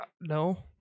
no